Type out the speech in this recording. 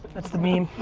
that's the meme.